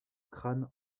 crâne